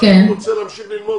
רק אם הוא רוצה להמשיך ללמוד,